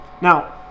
now